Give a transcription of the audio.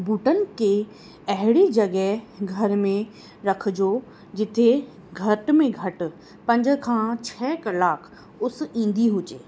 बूटनि के अहिड़ी जॻहि घर में रखिजो जिते घटि में घटि पंज खां छह कलाक उस ईंदी हुजे